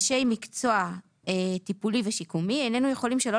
כאנשי מקצוע טיפולי ושיקומי איננו יכולים שלא